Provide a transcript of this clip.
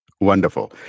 Wonderful